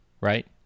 right